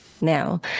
now